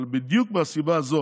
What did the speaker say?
אבל בדיוק מהסיבה הזאת